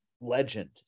legend